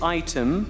item